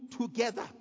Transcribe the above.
together